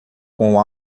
com